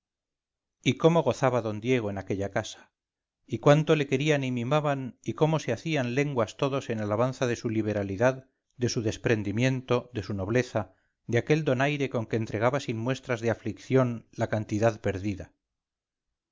y cómo gozaba d diego en aquella casa y cuánto le querían y mimaban y cómo se hacían lenguas todos en alabanza de su liberalidad de su desprendimiento de su nobleza de aquel donaire con que entregaba sin muestras de aflicción la cantidad perdida